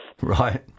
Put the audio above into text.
Right